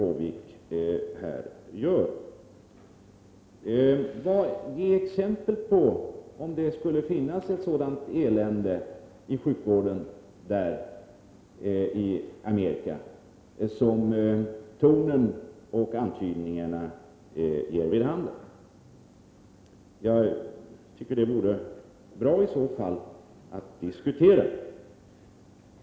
Om det skulle finnas ett sådant elände när det gäller sjukvården i USA, som tonen och antydningarna ger vid handen, så ge exempel på det! Jag tycker att det vore bra att i så fall diskutera detta.